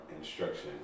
instruction